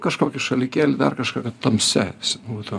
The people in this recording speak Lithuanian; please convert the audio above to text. kažkokį šalikėlį dar kažkokia tamsia būtų